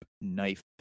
knife